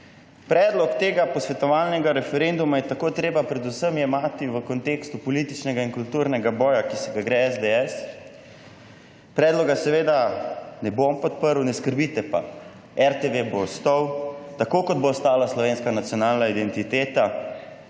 Predlog tega posvetovalnega referenduma je tako treba predvsem jemati v kontekstu političnega in kulturnega boja, ki se ga gre SDS. Predloga seveda ne bom podprl. Ne skrbite pa, RTV bo ostal, tako kot bo ostala slovenska nacionalna identiteta,